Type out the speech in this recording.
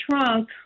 trunk